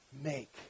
make